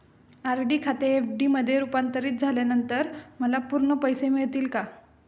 RD खाते FD मध्ये रुपांतरित झाल्यानंतर मला पूर्ण पैसे मिळतील का?